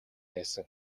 нээсэн